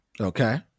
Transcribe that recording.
Okay